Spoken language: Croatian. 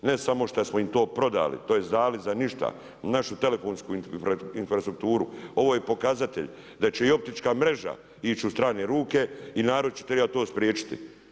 Ne samo šta smo im to prodali, tj. dali za ništa, našu telefonsku infrastrukturu, ovo je i pokazatelj da će i optička mreža ići u strane ruke i narod će trebati to spriječiti.